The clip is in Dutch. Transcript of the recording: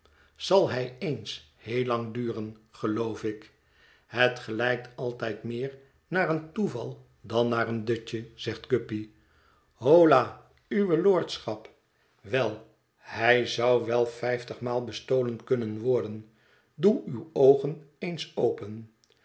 zal hij eens heel lang duren geloof ik het gelijkt altijd meer naar een toeval dan naar een dutje zegt guppy holla uwe lordschap wel hij zou wel vijftigmaal bestolen kunnen worden doe uwe oogen eens open